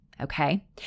Okay